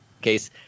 case